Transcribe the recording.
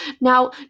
Now